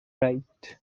right